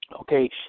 Okay